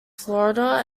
florida